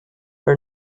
her